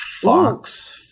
fox